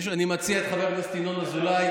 אני מציע את חבר הכנסת ינון אזולאי.